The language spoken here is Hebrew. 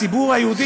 הציבור היהודי,